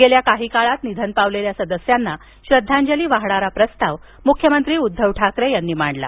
गेल्या काही काळात निधन झालेल्या सदस्यांना श्रद्धांजली वाहणारा प्रस्ताव मुख्यमंत्री उद्धव ठाकरे यांनी मांडला